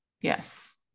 Yes